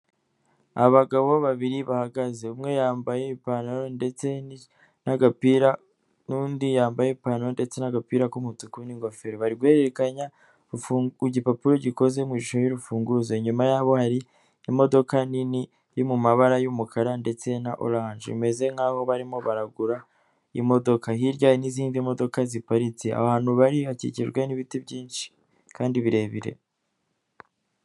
Abagabo babiri bahagaze, umwe yambaye ipantaro ndetse n'agapira, n'undi yambaye ipantaro ndetse n'agapira k'umutuku n'ingofero, bari guhererekanya igipapuro gikoze mu ishusho y'urufunguzo, inyuma yabo hari imodoka nini iri mu mabara y'umukara, ndetse na oranje, bimeze nkaho barimo baragura imodoka, hirya hari n'izindi modoka ziparitse, aho hantu bari hakikijwe n'ibiti byinshi kandi birebire.